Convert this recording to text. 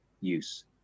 use